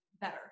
better